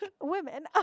women